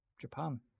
Japan